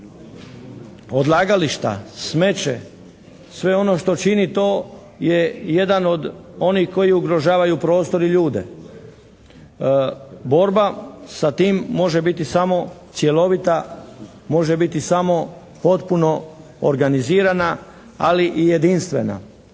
Odlagališta, smeće, sve ono što čini to je jedan od onih koji ugrožavaju prostor i ljude. Borba sa tim može biti samo cjelovita, može biti samo potpuno organizirana ali i jedinstvena.